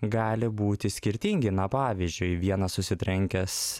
gali būti skirtingi na pavyzdžiui vieną susitrenkęs